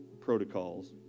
protocols